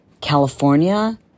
California